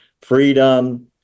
freedom